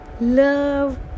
love